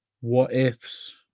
what-ifs